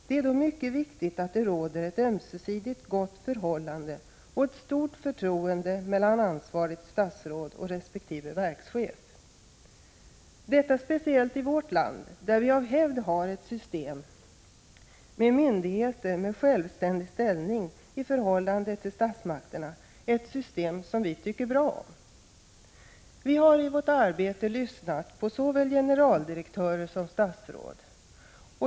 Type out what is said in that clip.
Det är då Esks or mycket viktigt att det råder ett ömsesidigt gott förhållande och ett stort jä FU UnE förtroende mellan ansvarigt statsråd och resp. verkschef — detta speciellt i vårt land, där vi av hävd har ett system med myndigheter med självständig Verkschefsfrågor ställning i förhållande till statsmakterna, ett system som vi tycker bra om. Vi har i vårt arbete lyssnat på såväl generaldirektörer som statsråd.